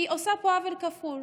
היא עושה פה עוול כפול,